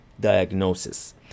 diagnosis